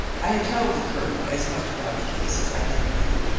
i had told the colonel as much about the case as i then knew,